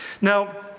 Now